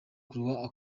croix